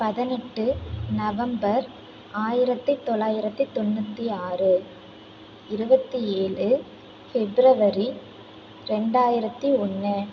பதினெட்டு நவம்பர் ஆயிரத்தி தொள்ளாயிரத்தி தொண்ணூற்றி ஆறு இருபத்தி ஏழு ஃபிப்ரவரி ரெண்டாயிரத்தி ஒன்று